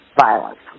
violence